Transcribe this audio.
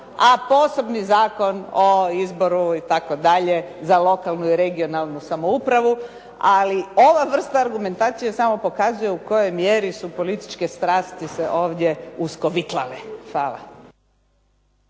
a posebni zakon o izboru itd., za lokalnu i regionalnu samoupravu. Ali ova vrsta argumentacije samo pokazuje u kojoj mjeri su političke strasti se ovdje uskovitlale.